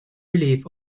relief